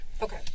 Okay